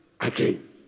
again